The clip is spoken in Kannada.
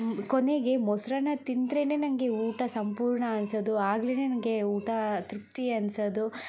ಕೊನೆಗೆ ಮೊಸರನ್ನ ತಿಂದ್ರೇ ನನಗೆ ಊಟ ಸಂಪೂರ್ಣ ಅನಿಸೋದು ಆಗಲೇ ನನಗೆ ಊಟ ತೃಪ್ತಿ ಅನ್ಸೋದು